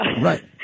Right